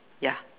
ya